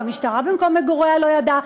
והמשטרה במקום מגוריה לא ידעה,